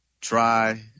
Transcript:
try